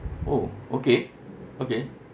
orh okay okay